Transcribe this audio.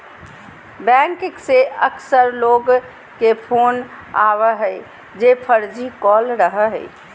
bank से अक्सर लोग के फोन आवो हइ जे फर्जी कॉल रहो हइ